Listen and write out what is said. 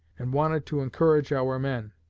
and wanted to encourage our men.